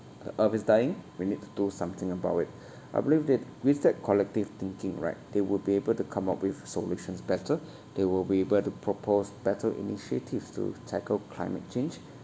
all of us dying we need to do something about it I believe that with that collective thinking right they would be able to come up with solutions better they will be able to propose better initiatives to tackle climate change